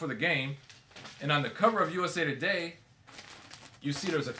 for the game and on the cover of usa today you see there's a